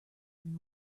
than